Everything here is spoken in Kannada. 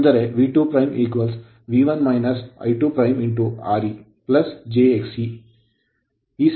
ಅಂದರೆ V2 V 1 I2 R e j Xe'